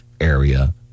area